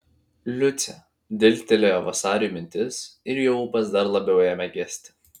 liucė dilgtelėjo vasariui mintis ir jo ūpas dar labiau ėmė gesti